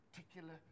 particular